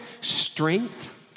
strength